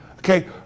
okay